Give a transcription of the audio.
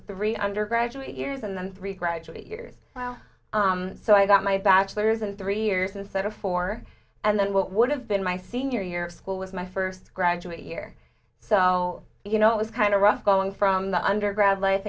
three undergraduate years and then three graduate years so i got my bachelor's and three years instead of four and then what would have been my senior year of school with my first graduate year so you know it was kind of rough going from the undergrad life